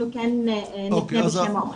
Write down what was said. אנחנו כן נפנה למרשם.